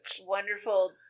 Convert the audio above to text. wonderful